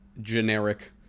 generic